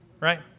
Right